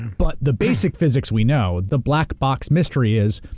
but the basic physics we know the black-box mystery is,